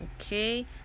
okay